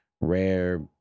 rare